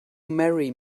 marry